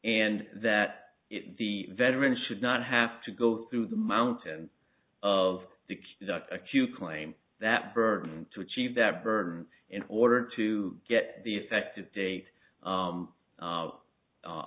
and that the veteran should not have to go through the mountains of acute claim that burden to achieve that burden in order to get the effective date